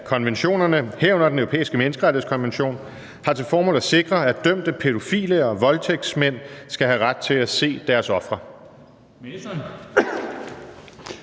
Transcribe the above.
at konventionerne, herunder Den Europæiske Menneskerettighedskonvention, har til formål at sikre, at dømte pædofile og voldtægtsmænd skal have ret til at se deres ofre?